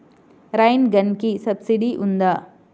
Rain గన్కి subsidy ఉందా?